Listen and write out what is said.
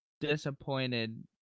disappointed